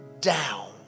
down